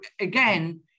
again